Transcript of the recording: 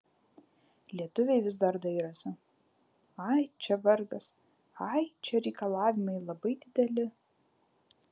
lietuviai vis dar dairosi ai čia vargas ai čia reikalavimai labai dideli